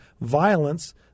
violence